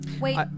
wait